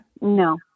No